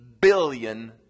billion